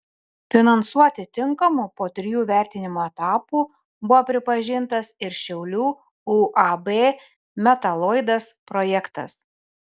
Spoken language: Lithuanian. finansuoti tinkamu po trijų vertinimo etapų buvo pripažintas ir šiaulių uab metaloidas projektas